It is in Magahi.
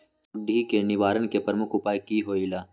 सुडी के निवारण के प्रमुख उपाय कि होइला?